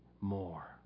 more